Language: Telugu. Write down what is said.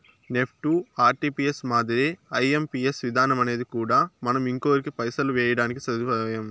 నెప్టు, ఆర్టీపీఎస్ మాదిరే ఐఎంపియస్ విధానమనేది కూడా మనం ఇంకొకరికి పైసలు వేయడానికి సదుపాయం